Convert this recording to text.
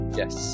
yes